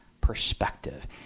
perspective